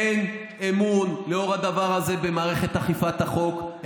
שאין אמון במערכת אכיפת החוק לנוכח הדבר הזה.